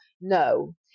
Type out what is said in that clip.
no